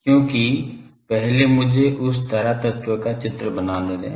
क्योंकि पहले मुझे उस धारा तत्व का चित्र बनाने दें